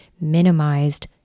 minimized